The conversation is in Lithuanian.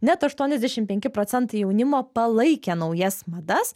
net aštuoniasdešim penki procentai jaunimo palaikė naujas madas